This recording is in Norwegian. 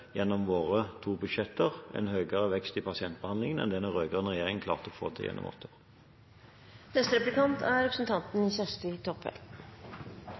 en høyere vekst i pasientbehandlingen enn det den rød-grønne regjeringen klarte å få til